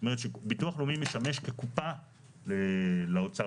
שביטוח לאומי משמש כקופה לאוצר.